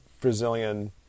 Brazilian